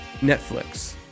Netflix